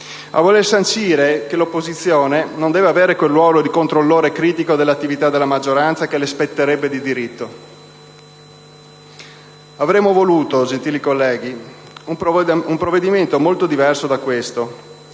a voler sancire che l'opposizione non deve avere quel ruolo di controllore critico dell'attività della maggioranza che le spetterebbe di diritto. Avremmo voluto, gentili colleghi, un provvedimento molto diverso da questo